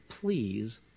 please